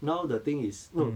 now the thing is no